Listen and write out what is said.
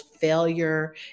failure